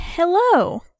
Hello